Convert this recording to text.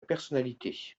personnalité